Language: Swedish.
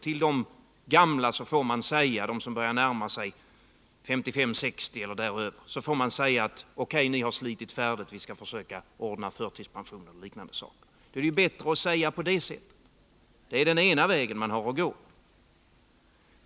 Till de gamla, som börjar närma sig 55-60-årsåldern får man säga: O. K., ni har slitit färdigt och vi får försöka ordna förtidspension eller liknande saker. Det är den ena vägen man har att gå.